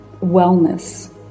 wellness